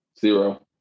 Zero